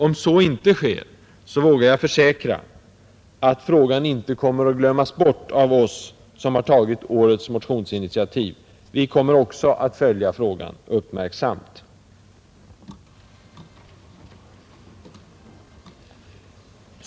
Om så inte sker vågar jag försäkra att frågan inte kommer att glömmas bort av oss som har tagit årets motionsinitiativ. Vi kommer också att följa frågan uppmärksamt.